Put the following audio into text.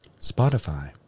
Spotify